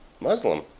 Muslim